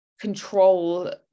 control